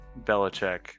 Belichick